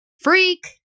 freak